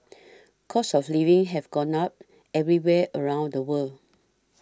costs of living have gone up everywhere around the world